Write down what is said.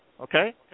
Okay